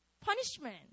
punishment